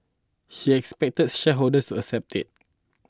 he expected shareholders to accept it